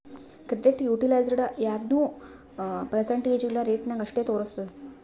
credit utilised ಯಾಗ್ನೂ percentage ಇಲ್ಲಾ rate ನಾಗ್ ಅಷ್ಟೇ ತೋರುಸ್ತುದ್